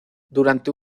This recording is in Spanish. durante